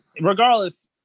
regardless